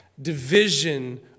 Division